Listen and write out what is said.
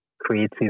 creative